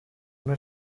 una